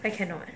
why cannot